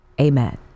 Amen